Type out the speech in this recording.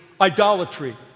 idolatry